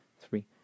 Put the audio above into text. three